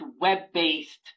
web-based